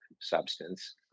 substance